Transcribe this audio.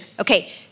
Okay